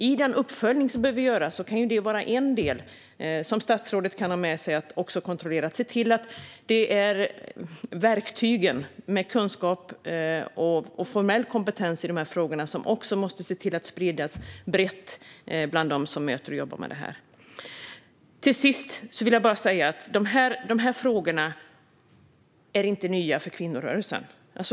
I den uppföljning som behöver göras kan en del, som statsrådet kan ha med sig, vara att se till att verktygen med kunskap och formell kompetens i dessa frågor sprids brett bland dem som möter och jobbar med detta. Till sist vill jag säga att dessa frågor inte är nya för kvinnorörelsen.